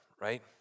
right